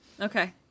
Okay